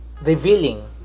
revealing